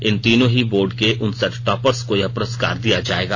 इन तीनों ही बोर्ड के उनसठ टॉपर्स को यह पुरस्कार दिया जाएगा